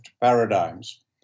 paradigms